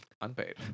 Unpaid